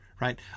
right